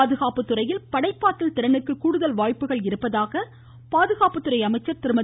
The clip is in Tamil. பாதுகாப்புத்துறையில் படைப்பாற்றல் திறனுக்கு கூடுதல் வாய்பபுகள் உள்ளதாக மத்திய பாதுகாப்புத்துறை அமைச்சர் திருமதி